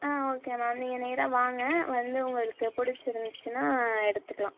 ஆ okay ma'am நீங்கள் நேராக வாங்க வந்து உங்களுக்கு பிடிச்சி இருந்துச்சுனா எடுத்துக்கலாம்